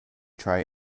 try